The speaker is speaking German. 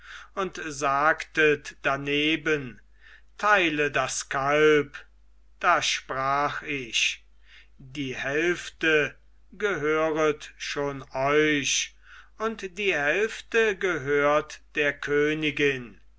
und sagtet daneben teile das kalb da sprach ich die hälfte gehöret schon euer und die hälfte gehört der königin